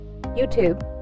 YouTube